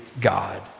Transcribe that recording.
God